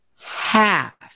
half